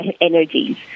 energies